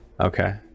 okay